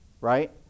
right